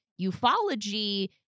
ufology